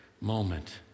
moment